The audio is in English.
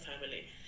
family